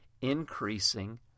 increasing